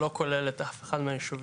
שלא כולל את אחד מהיישובים האלה.